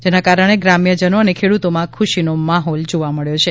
આને કારણે ગ્રામ્યજનો અને ખેડૂતોમાં ખુશીનો માહોલ જોવા મળ્યો છે